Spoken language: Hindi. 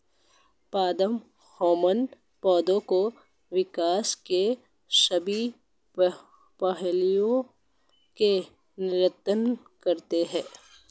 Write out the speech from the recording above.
पादप हार्मोन पौधे के विकास के सभी पहलुओं को नियंत्रित करते हैं